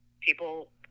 people